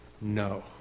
no